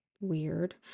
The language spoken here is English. Weird